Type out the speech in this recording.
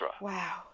Wow